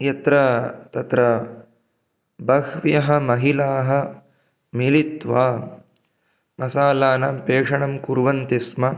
यत्र तत्र बह्व्यः महिलाः मिलित्वा मसालानां पेषणं कुर्वन्ति स्म